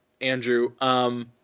Andrew